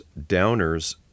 Downers